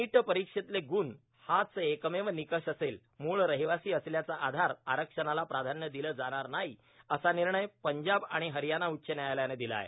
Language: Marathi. नीट परीक्षेतले गुण हाच एकमेव निकष असेल मूळ रहिवासी असल्याच्या आधारे आरक्षणाला प्राधान्य दिलं जाणार नाही असा निर्णय पंजाब आणि हरयाणा उच्च न्यायालयानं दिला आहे